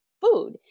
food